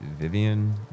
Vivian